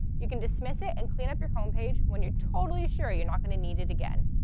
you can dismiss it and clean up your home page when you're totally sure you're not going to need it again.